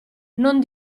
non